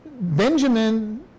Benjamin